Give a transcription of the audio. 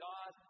God